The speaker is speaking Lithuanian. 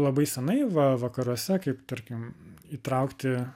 labai senai va vakaruose kaip tarkim įtraukti